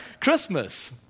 Christmas